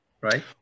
right